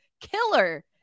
killer